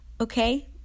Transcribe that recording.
Okay